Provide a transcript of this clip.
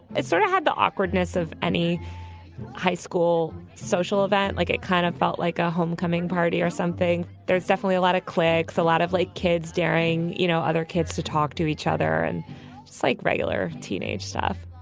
it sort of had the awkwardness of any high school social event, like it kind of felt like a homecoming party or something. there's definitely a lot of clecs, a lot of like kids daring, you know, other kids to talk to each other and psych regular teenage stuff,